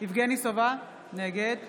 יבגני סובה, נגד